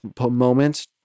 moment